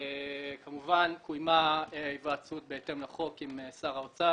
כמובן קוימה היוועצות בהתאם לחוק עם שר האוצר,